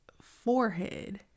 forehead